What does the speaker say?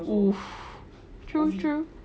!oof! true true